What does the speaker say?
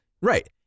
Right